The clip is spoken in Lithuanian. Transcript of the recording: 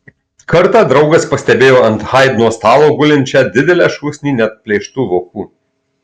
kartą draugas pastebėjo ant haidno stalo gulinčią didelę šūsnį neatplėštų vokų